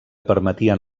permetien